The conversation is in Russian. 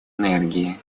энергии